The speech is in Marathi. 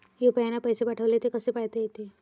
यू.पी.आय न पैसे पाठवले, ते कसे पायता येते?